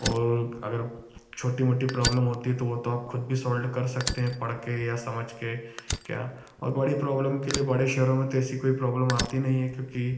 और अगर छोटी मोटी प्रॉब्लम होती है तो वो तो आप खुद भी सॉल्व्ड कर सकते हैं पढ़ के या समझ के क्या और बड़ी प्रॉब्लम के लिए बड़े शहरो में तो ऐसी कोई प्रॉब्लम आती नहीं है क्योकि